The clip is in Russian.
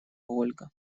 ольга